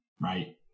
right